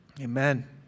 Amen